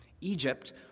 Egypt